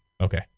Okay